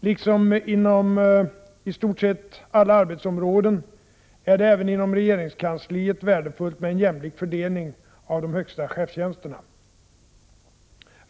Liksom inom i stort sett alla arbetsområden är det även inom regeringskansliet värdefullt med en jämlik fördelning av de högsta chefstjänsterna.